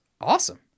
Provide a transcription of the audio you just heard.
awesome